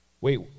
Wait